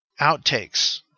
outtakes